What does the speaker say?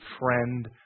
friend